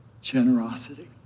generosity